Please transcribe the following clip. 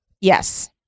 Yes